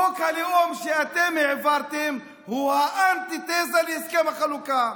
חוק הלאום שאתם העברתם הוא האנטיתזה להסכם החלוקה,